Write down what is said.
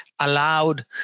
allowed